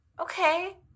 Okay